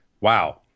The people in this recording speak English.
Wow